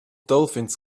dolphins